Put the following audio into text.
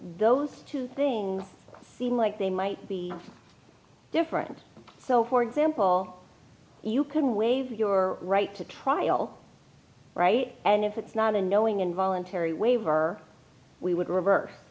those two things seem like they might be different so for example you can waive your right to trial right and if it's not a knowing and voluntary waiver we would reverse